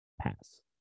Pass